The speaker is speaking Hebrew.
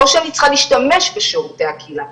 או כשאני צריכה להשתמש בשירותי הקהילה.